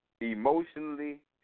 emotionally